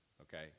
okay